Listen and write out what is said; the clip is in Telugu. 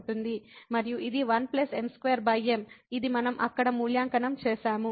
మరియు ఇది 1m2m ఇది మనం అక్కడ మూల్యాంకనం చేసాము